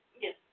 Yes